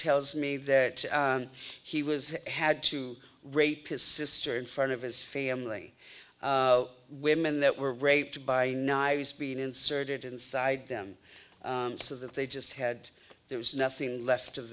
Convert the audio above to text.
tells me that he was had to rape his sister in front of his family women that were raped by a nice being inserted inside them so that they just had there's nothing left of